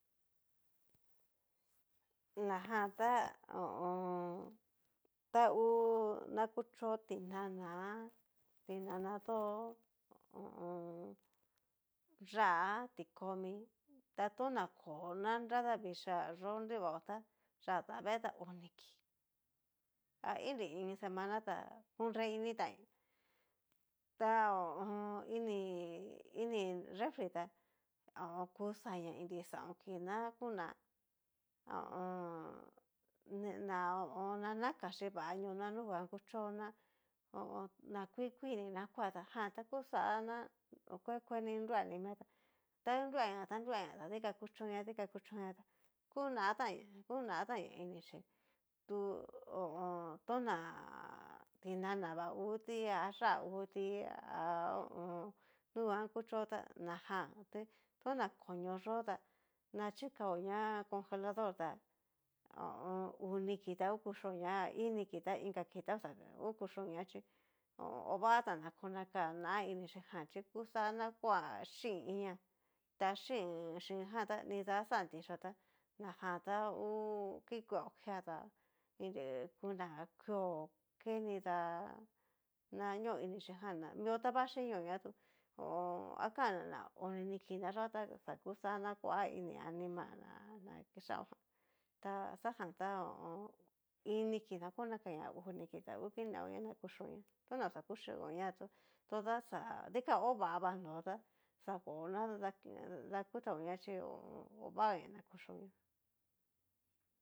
Najan ta ho o on. ta hu na kuchó tinana, tinana dó ho o on. yá'a ti komi ta tona kó ta nradavixhá yó nrivao tá yatavee ta oni kii ainri iin semana tá kunre initanña ta ho o on. ini ini refri tá ku xaña inri xaon kii na kuná ho o on ná nakaxhi vanio nunguan kuchó ná na kuii kuii ni na koa tá jan ta kuxá ná kue kue ni nrua ni mia tá ta nruaña ta nruaña ta dikan kuchóña dika kuchóña tá kunatanña kunátanña inixhí tu ho o on. tona tinana va huti a yá'a utí ha ho o on. nunguan kuchó tá najan tu na koño yó tá na chikaoña congelador tá ho o on. uu ni kii ta ngu kuxhioña a iin ni kii ta inka kii ta oxa okuxhionia chí odatan na konaka ná'a ini xhijan xhí kuxa na kua xin iniá ta xin xinjan tá nida xán tiyio tá najan ta ngu kikueo kea tá inri ku tán kio ke ni da na ño inichí jan, na mio tavxhinio ñá tú ho o on. akana ná oni ni kii na xá ta xa kuxa na koá ini anima na na kixaojan ta xajan tá ho o on. ini kii na konakaña a uu ni kii ta hu kineoña na kuchioña tona oxa kuxhioñá toda xa dikan ovava nó tá xakó ná da dakutaoña xhi ho o o, ovagaña na kuchioña.